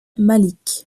malik